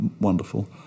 wonderful